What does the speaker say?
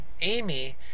Amy